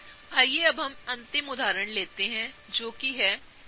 आइए हम अंतिम उदाहरण लेते हैं जो कि C3H6O है ठीक है